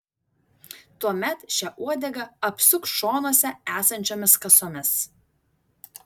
tuomet šią uodegą apsuk šonuose esančiomis kasomis